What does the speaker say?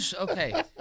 okay